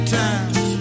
times